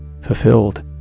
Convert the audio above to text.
Fulfilled